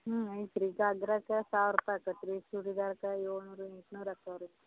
ಹ್ಞೂ ಐತ್ರೀ ಘಾಗ್ರಕ್ಕೆ ಸಾವಿರ ರೂಪಾಯಿ ಆಗತ್ರೀ ಚೂಡಿದಾರಕ್ಕೆ ಏಳ್ನೂರು ಎಂಟ್ನೂರು ಆಗ್ತವೆ ರೀ